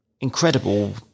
incredible